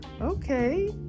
okay